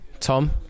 Tom